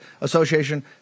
Association